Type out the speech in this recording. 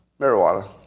marijuana